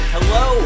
Hello